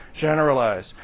generalize